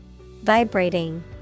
vibrating